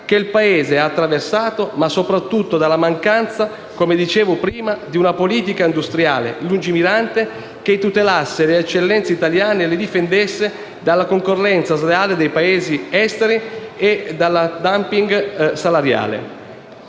che il Paese ha attraversato, ma soprattutto dalla mancanza - come dicevo prima - di una politica industriale lungimirante che tutelasse le eccellenze italiane e le difendesse dalla concorrenza sleale dei Paesi esteri e dal *dumping* salariale.